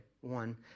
One